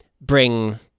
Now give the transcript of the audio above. bring